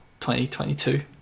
2022